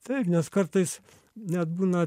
taip nes kartais net būna